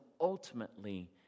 ultimately